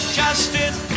justice